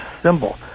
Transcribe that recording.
symbol